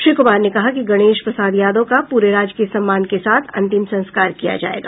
श्री कुमार ने कहा है कि गणेश प्रसाद यादव का पूरे राजकीय सम्मान के साथ अंतिम संस्कार किया जायेगा